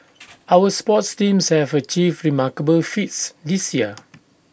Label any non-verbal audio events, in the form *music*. *noise* our sports teams have achieved remarkable feats this year *noise*